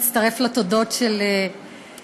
אני רוצה להצטרף לתודות של ניסן.